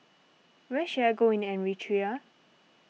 where should I go in Eritrea